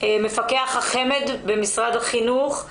מפקח החמ"ד במשרד החינוך,